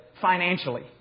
financially